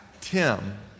tim